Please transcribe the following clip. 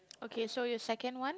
okay so your second one